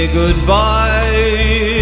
goodbye